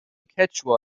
quechua